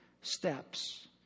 steps